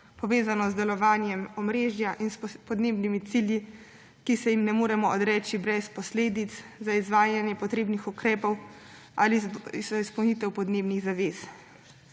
povezano z delovanjem omrežja in podnebnimi cilji, ki se jim ne moremo odreči brez posledic za izvajanje potrebnih ukrepov ali za izpolnitev podnebnih zavez.